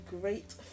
great